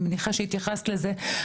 אני מניחה שהתייחסת לזה,